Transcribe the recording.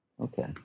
Okay